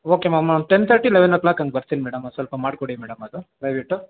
okay ma'am one ten thirty eleven o'clock ಹಂಗೆ ಬರ್ತೀನಿ madam ಒಂದು ಸ್ವಲ್ಪ ಮಾಡಿಕೊಡಿ ಮೇಡಮ್ ಅದು ದಯವಿಟ್ಟು